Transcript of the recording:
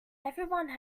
everyone